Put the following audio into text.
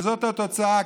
וזאת התוצאה,